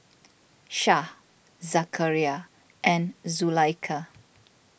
Syah Zakaria and Zulaikha